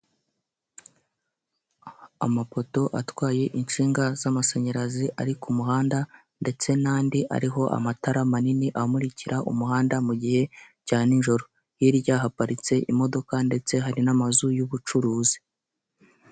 Amapoto atwaye insinga z'amashanyarazi ari ku muhanda ndetse n'andi ariho amatara manini amuririka umuhanda, mu gihe cya nijoro, hirya haparitse imodoka ndetse hari n'amazu y'ubucuruzi.